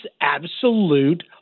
absolute